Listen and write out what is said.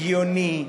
הגיוני,